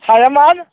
हाया मार